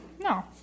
No